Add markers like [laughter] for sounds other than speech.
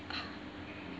[noise]